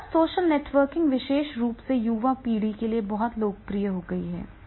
तब social networking विशेष रूप से युवा पीढ़ी में बहुत लोकप्रिय हो गई है